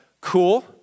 cool